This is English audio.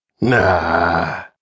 Nah